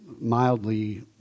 mildly